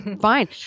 fine